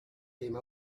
came